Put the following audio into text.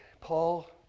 Paul